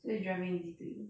so is driving easy to you